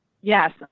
Yes